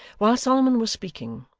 while solomon was speaking,